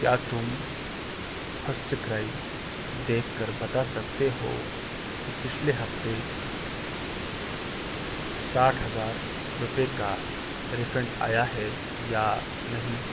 کیا تم فرسٹ کرائی دیکھ کر بتا سکتے ہو کہ پچھلے ہفتے ساٹھ ہزار روپے کا ریفنڈ آیا ہے یا نہیں